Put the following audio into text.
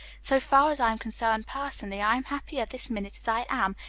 so far as i'm concerned personally, i'm happier this minute as i am,